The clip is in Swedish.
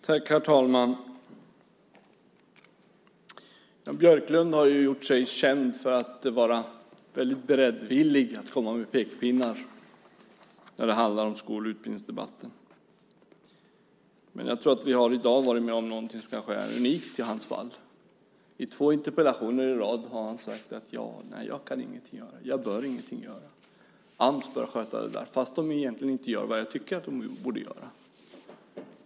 Herr talman! Björklund har ju gjort sig känd för att beredvilligt komma med pekpinnar när det handlar om skol och utbildningsdebatten. Jag tror att vi i dag har varit med om något kanske unikt i hans fall. I två interpellationsdebatter i rad har han sagt att han ingenting kan eller bör göra. Ams bör sköta det där - fast de egentligen inte gör det han tycker att de borde göra.